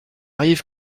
arrive